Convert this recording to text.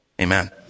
Amen